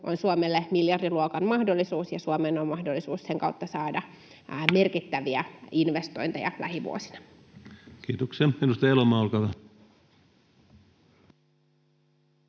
on Suomelle miljardiluokan mahdollisuus, ja Suomella on mahdollisuus saada sen kautta merkittäviä investointeja lähivuosina. [Speech 47] Speaker: